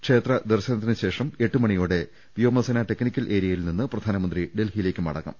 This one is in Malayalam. ക്ഷേത്ര ദർശന ത്തിന് ശേഷം എട്ട് മണിയോടെ വ്യോമസേനാ ടെക്നിക്കൽ ഏരിയ യിൽ നിന്ന് പ്രധാനമന്ത്രി ഡൽഹിയിലേക്ക് മടങ്ങും